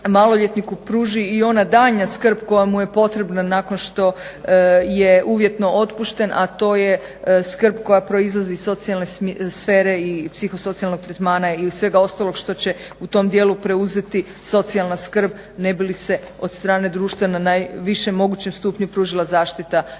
maloljetniku pruži i ona daljnja skrb koja mu je potrebna nakon što je uvjetno otpušten, a to je skrb koja proizlazi iz socijalne sfere i psihosocijalnog tretmana i svega ostalog što će u tom dijelu preuzeti socijalna skrb ne bi li se od strane društvene najviše mogućem stupnju pružila zaštita uvjetnom